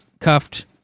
cuffed